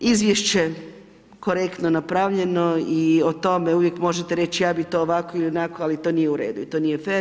Izvješće korektno napravljeno i o tome uvijek možete reći ja bih to ovako ili onako ali to nije u redu i to nije fer.